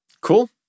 Cool